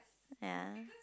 ya